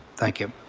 thank you.